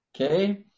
Okay